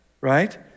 right